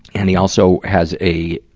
and he also has a,